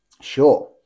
Sure